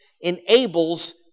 enables